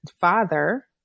father-